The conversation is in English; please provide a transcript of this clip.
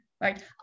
right